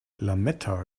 lametta